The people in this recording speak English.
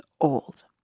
old